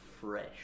fresh